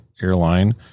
airline